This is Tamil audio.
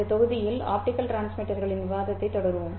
இந்த தொகுதியில் ஆப்டிகல் டிரான்ஸ்மிட்டர்களின் விவாதத்தைத் தொடருவோம்